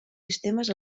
sistemes